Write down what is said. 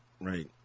Right